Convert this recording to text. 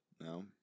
No